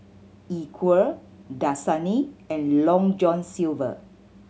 Equal Dasani and Long John Silver